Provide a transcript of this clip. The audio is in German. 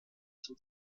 zum